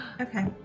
Okay